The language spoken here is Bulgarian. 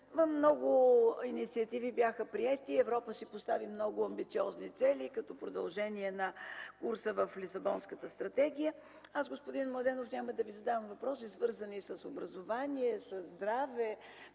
Много инициативи бяха приети. Европа си постави много амбициозни цели като продължение на курса в Лисабонската стратегия. Аз, господин Младенов, няма да Ви задам въпроси, свързани с образование, със здраве.